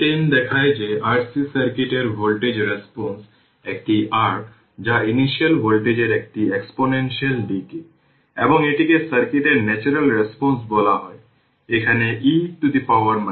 equation 10 দেখায় যে RC সার্কিটের ভোল্টেজ রেসপন্স একটি r যা ইনিশিয়াল ভোল্টেজের একটি এক্সপোনেনশিয়াল ডিকে এবং এটিকে সার্কিটের ন্যাচারাল রেসপন্স বলা হয় কারণ এটিকে e tRC দেওয়া হয়